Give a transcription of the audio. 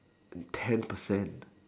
ten percent